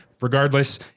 Regardless